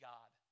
God